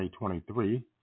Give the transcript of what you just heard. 2023